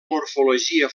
morfologia